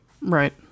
Right